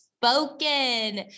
Spoken